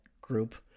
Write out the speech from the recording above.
group